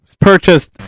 purchased